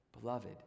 Beloved